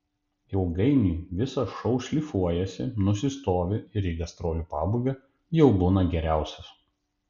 ilgainiui visas šou šlifuojasi nusistovi ir į gastrolių pabaigą jau būna geriausias